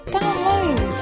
Download